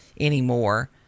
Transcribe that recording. anymore